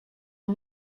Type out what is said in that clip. are